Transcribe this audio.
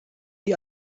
die